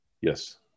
Yes